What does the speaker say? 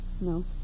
No